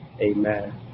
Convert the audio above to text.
Amen